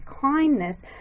kindness